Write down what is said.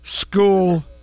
school